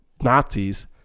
Nazis